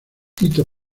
hito